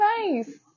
nice